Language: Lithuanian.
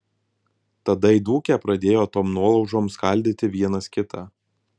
tada įdūkę pradėjo tom nuolaužom skaldyti vienas kitą